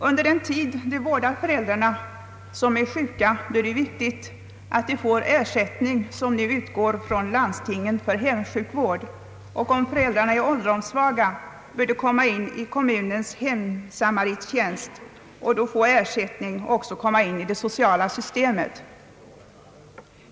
Under den tid de vårdar föräldrarna är det viktigt att de får den ersättning, som nu utgår från iandstingen för hemsjukvård, och om föräldrarna är ålderdomssvaga bör döttrarna avlönas genom kommunens hemsamarittjänst; därigenom träder det sociala systemet i kraft.